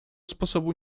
sposobu